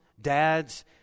dads